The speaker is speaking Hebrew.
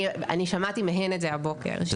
אני שמעתי מהן את זה הבוקר.